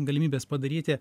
galimybės padaryti